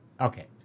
Okay